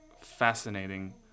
fascinating